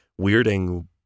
weirding